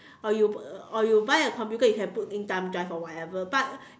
or you or you buy a computer you can put in thumbdrive or whatever but